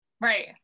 Right